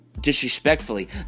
Disrespectfully